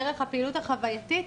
דרך הפעילות החווייתית,